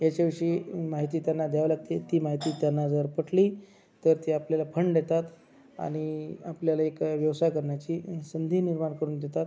याच्याविषयी माहिती त्यांना द्यावं लागते ती माहिती त्यांना जर पटली तर ते आपल्याला फंड देतात आणि आपल्याला एक व्यवसाय करण्याची संधी निर्माण करून देतात